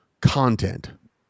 content